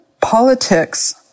politics